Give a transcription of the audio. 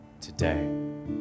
today